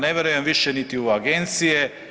Ne vjerujem više niti u agencije.